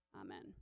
Amen